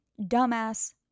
Dumbass